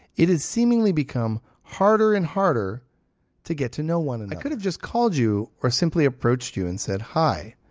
it has seemingly become harder and harder to get to know one another. and i could have just called you or simply approached you and said hi.